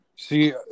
See